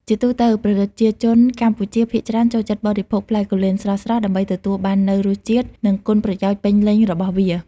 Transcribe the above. ជាទូទៅ ប្រជាជនកម្ពុជាភាគច្រើនចូលចិត្តបរិភោគផ្លែគូលែនស្រស់ៗ ដើម្បីទទួលបាននូវរសជាតិ និងគុណប្រយោជន៍ពេញលេញរបស់វា។